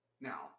now